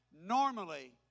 normally